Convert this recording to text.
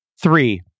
Three